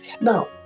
Now